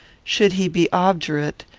should he be obdurate,